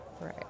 right